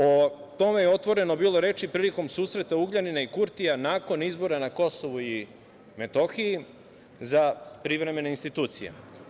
O tome je otvoreno bilo reči prilikom susreta Ugljanina i Kurtija nakon izbora na Kosovu i Metohiji za privremene institucije.